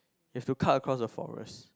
you have to cut across the forest